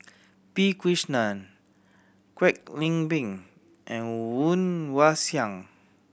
P Krishnan Kwek Leng Beng and Woon Wah Siang